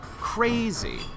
crazy